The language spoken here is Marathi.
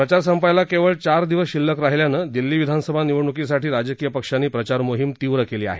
प्रचार संपायला केवळ चार दिवस शिल्लक राहिल्यानं दिल्ली विधानसभा निवडणुकींसाठी राजकीय पक्षांनी प्रचार मोहीम तीव्र केली आहे